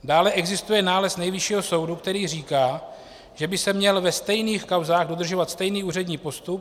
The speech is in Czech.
Dále existuje nález Nejvyššího soudu, který říká, že by se měl ve stejných kauzách udržovat stejný úřední postup.